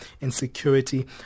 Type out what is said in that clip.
insecurity